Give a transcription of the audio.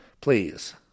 Please